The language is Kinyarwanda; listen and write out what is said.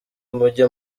mujye